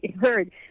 heard